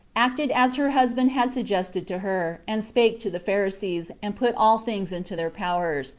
acted as her husband had suggested to her, and spake to the pharisees, and put all things into their power,